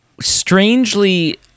strangely